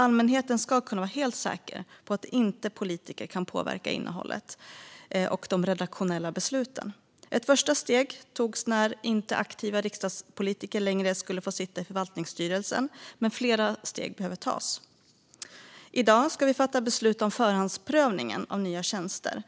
Allmänheten ska kunna vara helt säker på att politiker inte kan påverka innehållet och de redaktionella besluten. Ett första steg togs när aktiva riksdagspolitiker inte längre skulle få sitta i förvaltningsstyrelsen, men fler steg behöver tas. I dag ska vi fatta beslut om att förhandsprövningen av nya tjänster